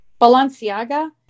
Balenciaga